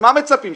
מה מצפים,